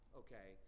okay